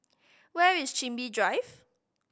where is Chin Bee Drive